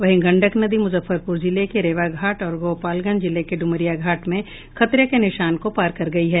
वहीं गंडक नदी मूजफ्फरपूर जिले के रेवा घाट और गोपालगंज जिले के ड्मरिया घाट में खतरे के निशान को पार कर गयी है